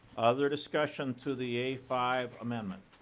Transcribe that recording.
other discussion to the a five amendment?